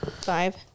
five